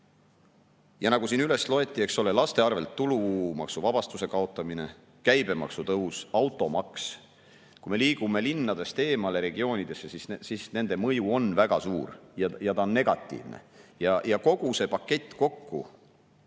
Nagu siin üles loeti, eks ole, laste pealt tulumaksuvabastuse kaotamine, käibemaksu tõus, automaks – kui me liigume linnadest eemale, regioonidesse, siis nende mõju on väga suur ja see on negatiivne. Kogu see pakett kokku,